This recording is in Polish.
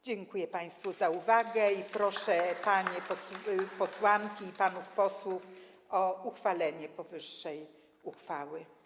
Dziękuję państwu za uwagę i proszę panie posłanki i panów posłów o przyjęcie powyższej uchwały.